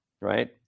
Right